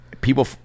people